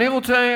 אני רוצה,